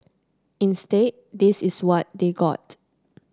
instead this is what they got